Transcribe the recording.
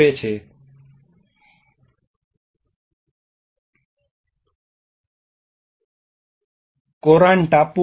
જેમ કે જો તમે ફિલિપાઇન્સને જુઓ તો તમારી ટોચ પર પર્વતારોહણ સંસ્કૃતિ છે અને તમારી પાસે મુખ્ય પ્રવાહની સંસ્કૃતિ છે ટાગાલોગ મુખ્ય પ્રવાહની સંસ્કૃતિ અને તમારી પાસે સમુદ્ર સંસ્કૃતિ છે જે કોરાન ટાપુઓ છે